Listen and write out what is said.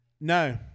no